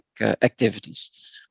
activities